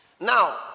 Now